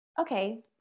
Okay